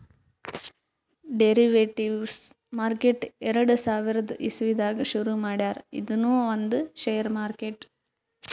derivatives market ಎರಡ ಸಾವಿರದ್ ಇಸವಿದಾಗ್ ಶುರು ಮಾಡ್ಯಾರ್ ಇದೂನು ಒಂದ್ ಷೇರ್ ಮಾರ್ಕೆಟ್